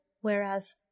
whereas